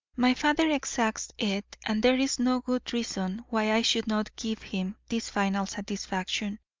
my father exacts it and there is no good reason why i should not give him this final satisfaction.